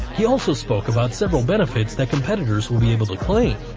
he also spoke about several benefits that competitors will be able to claim.